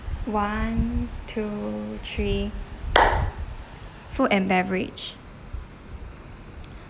one two three food and beverage